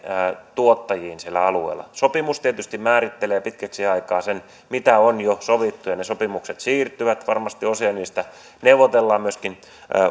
tuottajiin siellä alueella sopimus tietysti määrittelee pitkäksi aikaa sen mitä on jo sovittu ja ne sopimukset siirtyvät varmasti osia niistä neuvotellaan myöskin